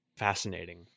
Fascinating